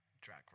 Drag